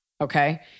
Okay